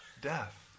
Death